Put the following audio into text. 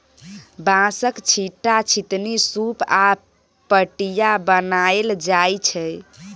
बाँसक, छीट्टा, छितनी, सुप आ पटिया बनाएल जाइ छै